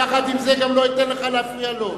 יחד עם זה, גם לא אתן לך להפריע לו.